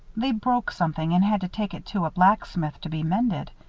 they broke something and had to take it to a blacksmith to be mended.